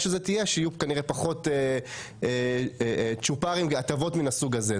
של זה תהיה שכנראה יהיו פחות צ'ופרים והטבות מן הסוג הזה.